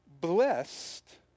Blessed